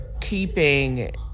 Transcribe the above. keeping